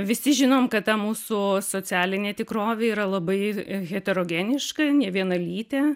visi žinom kad ta mūsų socialinė tikrovė yra labai heterogeniška nevienalytė